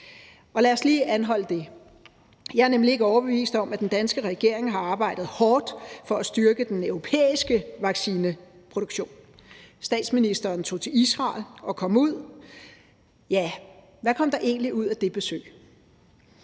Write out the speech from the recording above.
Jeg er nemlig ikke overbevist om, at den danske regering har arbejdet hårdt for at styrke den europæiske vaccineproduktion. Statsministeren tog til Israel og kom tilbage, men hvad kom der egentlig ud af det besøg?